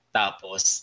tapos